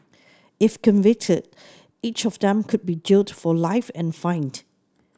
if convicted each of them could be jailed for life and fined